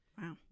Wow